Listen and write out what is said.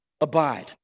abide